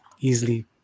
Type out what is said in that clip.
easily